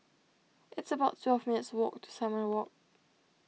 it's about twelve minutes' walk to Simon Walk